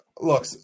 Look